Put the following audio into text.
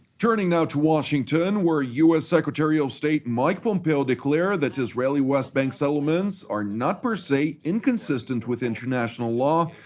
now to washington, where u s. secretary of state mike pompeo declared that israeli west bank settlements are not per se inconsistent with international law,